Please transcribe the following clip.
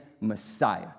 Messiah